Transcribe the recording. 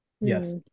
Yes